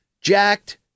jacked